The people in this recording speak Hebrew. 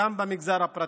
גם במגזר הפרטי.